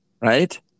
right